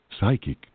psychic